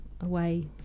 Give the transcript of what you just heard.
away